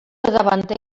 davanter